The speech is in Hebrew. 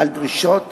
על דרישות